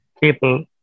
people